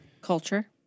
Culture